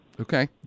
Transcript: Okay